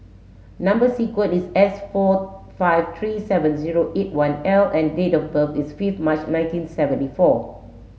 number sequence is S four five three seven zero eight one L and date of birth is fifth March nineteen seventy four